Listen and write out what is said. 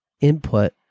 input